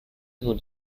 nur